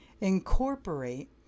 incorporate